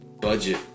budget